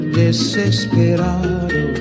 desesperado